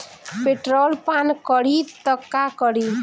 Petrol पान करी त का करी?